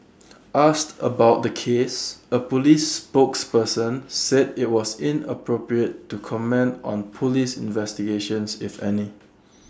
asked about the case A Police spokesperson said IT was inappropriate to comment on Police investigations if any